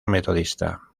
metodista